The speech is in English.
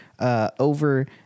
Over